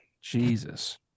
Jesus